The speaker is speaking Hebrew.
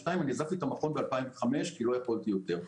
ועזבתי את המכון ב-2005 כי לא יכולתי יותר.